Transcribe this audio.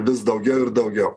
vis daugiau ir daugiau